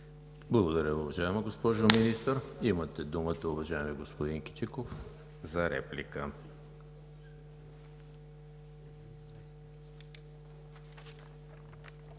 Благодаря, уважаема госпожо Министър. Имате думата, уважаеми господин Кичиков, за реплика.